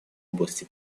области